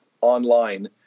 online